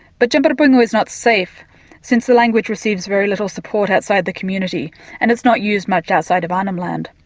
but djambarrpuyngu is not safe since the language receives very little support outside the community and it's not used much outside of arnhem land.